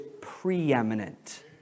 preeminent